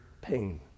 pain